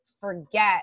forget